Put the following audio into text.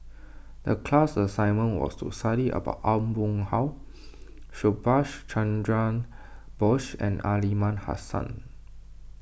the class assignment was to study about Aw Boon Haw Subhas Chandra Bose and Aliman Hassan